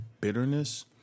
bitterness